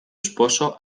esposo